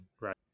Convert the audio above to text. right